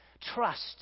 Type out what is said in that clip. trust